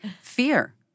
fear